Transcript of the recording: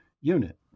unit